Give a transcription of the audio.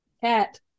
Cat